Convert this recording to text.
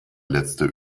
letzte